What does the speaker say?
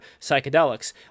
psychedelics